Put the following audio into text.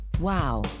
Wow